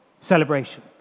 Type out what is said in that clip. celebration